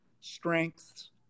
strengths